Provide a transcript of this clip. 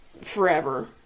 forever